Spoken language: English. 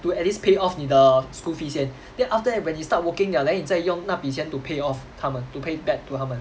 to at least pay off 你的 school fees 先 then after that when you start working liao then 你再用那笔钱 to pay off 他们 to pay back to 他们